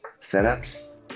setups